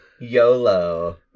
YOLO